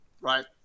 right